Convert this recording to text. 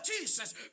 Jesus